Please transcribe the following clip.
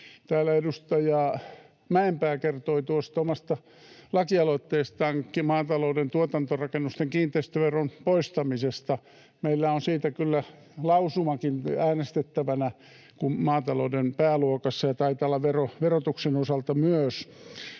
edustaja Mäenpää kertoi tuosta omasta lakialoitteestaan maatalouden tuotantorakennusten kiinteistöveron poistamisesta. Meillä on siitä kyllä lausumakin äänestettävänä maatalouden pääluokassa ja taitaa olla verotuksen osalta myös,